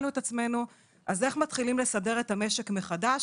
את עצמנו איך מתחילים לסדר את המשק מחדש?